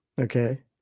Okay